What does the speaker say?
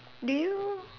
do you